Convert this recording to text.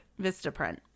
Vistaprint